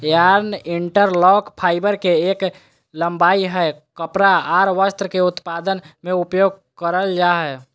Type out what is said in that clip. yarn interlock, fibre के एक लंबाई हय कपड़ा आर वस्त्र के उत्पादन में उपयोग करल जा हय